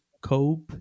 COPE